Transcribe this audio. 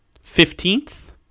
fifteenth